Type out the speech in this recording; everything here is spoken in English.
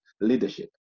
leadership